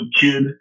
kid